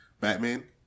Batman